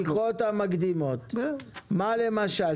מה למשל?